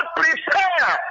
prepare